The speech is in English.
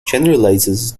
generalizes